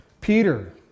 Peter